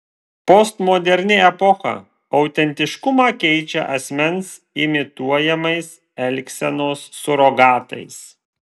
postmoderni epocha autentiškumą keičia asmens imituojamais elgsenos surogatais